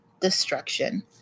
destruction